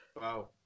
Wow